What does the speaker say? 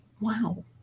Wow